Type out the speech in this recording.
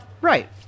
Right